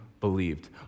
believed